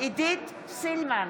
עידית סילמן,